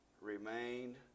Remained